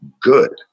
good